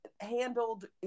handled